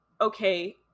okay